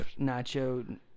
Nacho